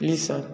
please sir